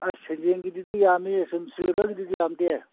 ꯑꯁ ꯁꯦꯡꯖꯦꯡꯒꯤꯗꯨꯗꯤ ꯌꯥꯝꯃꯤ ꯁꯨꯝ ꯁꯤꯜꯚꯔꯒꯤꯗꯨꯗꯤ ꯌꯥꯝꯗꯦ